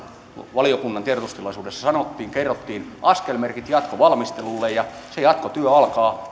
valiokunnan tiedotustilaisuudessa sanottiin ja kerrottiin jatkovalmistelulle ja se jatkotyö alkaa